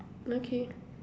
okay